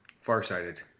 farsighted